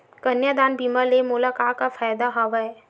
कन्यादान बीमा ले मोला का का फ़ायदा हवय?